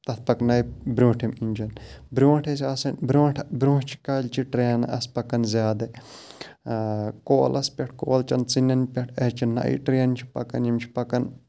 تَتھ پَکنایہِ برٛوٗنٛٹھِم اِنجَن برٛونٛٹھ ٲسۍ آسان برٛونٛٹھ برٛونٛہہ چہِ کالہِ چہِ ٹرٛینہٕ آسہٕ پَکان زیادٕ کولَس پٮ۪ٹھ کولچَن ژِنٮ۪ن پٮ۪ٹھ أزچہِ نَیہِ ٹرٛینہٕ چھِ پَکان یِم چھِ پَکان